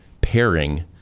pairing